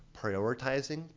prioritizing